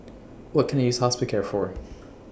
What Can I use Hospicare For